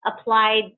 applied